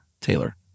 Taylor